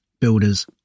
builders